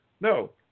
no